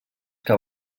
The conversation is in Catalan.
que